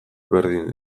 berdin